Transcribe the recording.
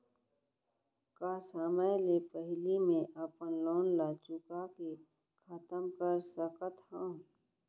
का समय ले पहिली में अपन लोन ला चुका के खतम कर सकत हव?